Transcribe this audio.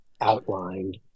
outlined